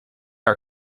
our